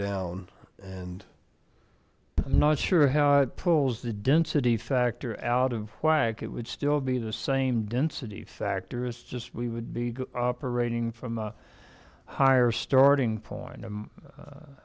down and i'm not sure how it pulls the density factor out of why it would still be the same density factor is just we would be operating from a higher starting point